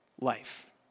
life